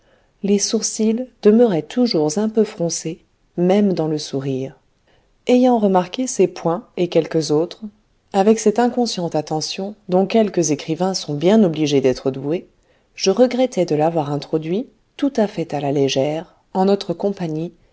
les sourcils demeuraient toujours un peu froncés même dans le sourire ayant remarqué ces points et quelques autres avec cette inconsciente attention dont quelques écrivains sont bien obligés d'être doués je regrettai de l'avoir introduit tout à fait à la légère en notre compagnie